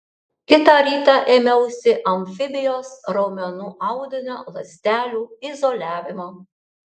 kitą rytą ėmiausi amfibijos raumenų audinio ląstelių izoliavimo